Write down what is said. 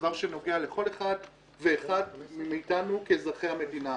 דבר שנוגע לכל אחד ואחד מאיתנו כאזרחי המדינה.